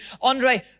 Andre